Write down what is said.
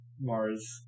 Mars